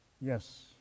Yes